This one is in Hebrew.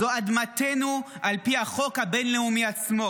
זו אדמתנו על פי החוק הבין-לאומי עצמו.